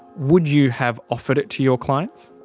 would you have offered it to your clients?